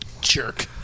Jerk